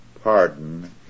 Pardon